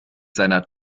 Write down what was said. seiner